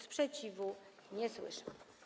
Sprzeciwu nie słyszę.